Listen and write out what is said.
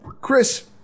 Chris